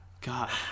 god